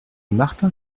martin